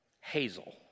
Hazel